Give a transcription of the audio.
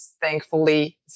Thankfully